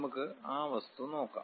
നമുക്ക് ആ വസ്തു നോക്കാം